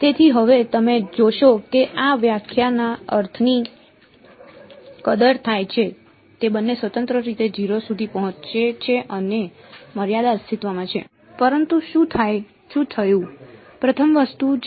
તેથી હવે તમે જોશો કે આ વ્યાખ્યાના અર્થની કદર થાય છે જો તે બંને સ્વતંત્ર રીતે 0 સુધી પહોંચે છે અને મર્યાદા અસ્તિત્વમાં છે તો ઇન્ટેગ્રલ કન્વર્જન્ટ છે